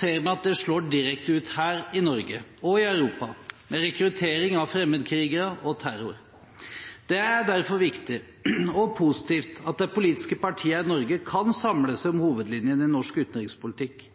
ser vi at det slår direkte ut her i Norge og i Europa, med rekruttering av fremmedkrigere og terror. Det er derfor viktig og positivt at de politiske partiene i Norge kan samle seg om hovedlinjene i norsk utenrikspolitikk,